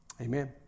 Amen